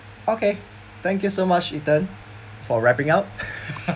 okay thank you so much ethan for wrapping up